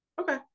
okay